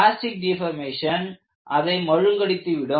plastic deformation அதை மழுங்கடித்துவிடும்